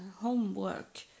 homework